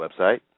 website